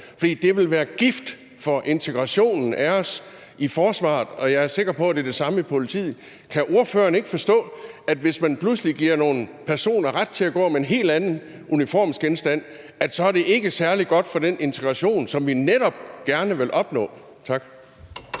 det vil være gift for integrationen af os i forsvaret? Og jeg er sikker på, at det er det samme i politiet. Kan ordføreren ikke forstå, at hvis man pludselig giver nogle personer ret til at gå med en helt anden uniformsgenstand, er det ikke særlig godt for den integration, som vi netop gerne vil opnå? Tak.